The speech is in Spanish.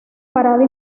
parada